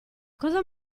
cosa